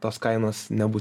tos kainos nebū